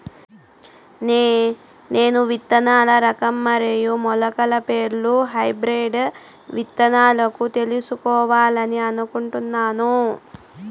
నేను విత్తన రకం మరియు మొలకల పేర్లు హైబ్రిడ్ విత్తనాలను తెలుసుకోవాలని అనుకుంటున్నాను?